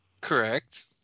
Correct